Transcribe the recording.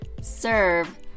serve